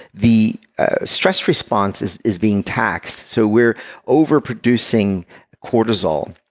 the stress response is is being taxed. so we're overproducing cortisol,